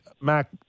Mac